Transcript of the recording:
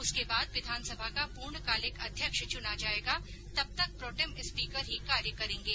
उसके बाद विधानसभा का पूर्णकालिक अध्यक्ष चुना जायेगा तब तक प्रोटेम स्पीकर ही कार्य करेंगे